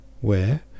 Where